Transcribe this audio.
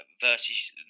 versus